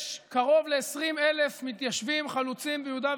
יש קרוב ל-20,000 מתיישבים חלוצים ביהודה ושומרון,